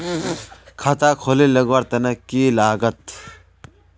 खाता खोले लगवार तने की लागत?